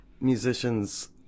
musicians